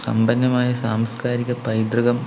സമ്പന്നമായ സാംസ്കാരിക പൈതൃകം